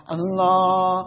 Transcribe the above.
Allah